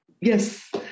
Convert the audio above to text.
Yes